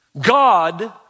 God